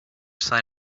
side